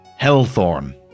hellthorn